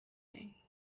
day